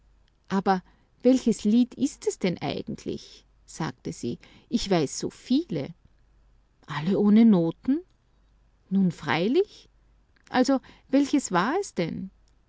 aber welches lied ist es denn eigentlich sagte sie ich weiß so viele alle ohne noten nun freilich also welches war es denn